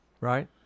Right